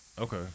Okay